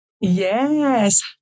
Yes